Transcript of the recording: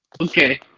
Okay